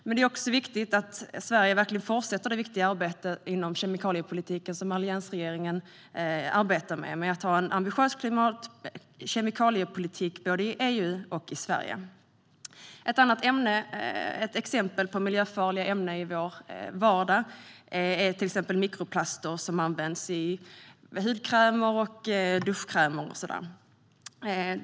Men det är också viktigt att Sverige verkligen fortsätter det viktiga arbete inom kemikaliepolitiken som alliansregeringen gjorde genom att ha en ambitiös kemikaliepolitik både i EU och i Sverige. Ett annat exempel på miljöfarliga ämnen i vår vardag är mikroplaster som används i hudkrämer, duschkrämer och så vidare.